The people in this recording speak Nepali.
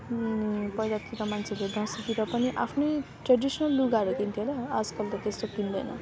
अनि पहिलातिर मान्छेहरूले दसैँतिर पनि आफ्नै ट्रेडिसनल लुगाहरू किन्थ्यो होइन आजकल त त्यस्तोहरू किन्दैन